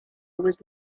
was